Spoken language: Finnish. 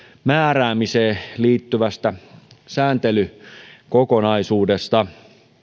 määräämiseen liittyvästä sääntelykokonaisuudesta